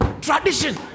tradition